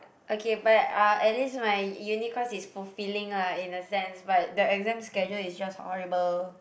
okay but uh at least my uni course is fulfilling lah in a sense but the exams schedule is just horrible